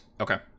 Okay